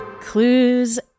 Clues